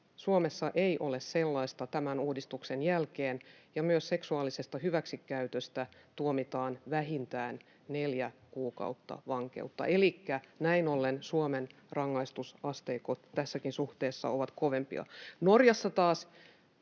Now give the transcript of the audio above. Suomessa ei ole sellaista tämän uudistuksen jälkeen, ja myös seksuaalisesta hyväksikäytöstä tuomitaan vähintään neljä kuukautta vankeutta. Elikkä näin ollen Suomen rangaistusasteikot tässäkin suhteessa ovat kovempia. Norjassa taas